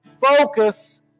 Focus